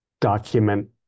document